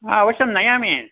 हा अवश्यं नयामि